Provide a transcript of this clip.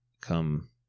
come